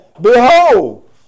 behold